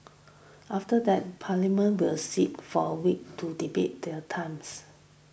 after that Parliament will sit for a week to debate their times